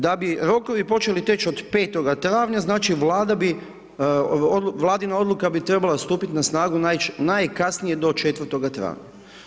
Da bi rokovi počeli teći od 05. travnja, znači, Vlada bi, vladina odluka bi trebala stupiti na snagu najkasnije do 04. travnja.